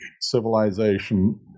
civilization